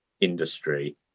industry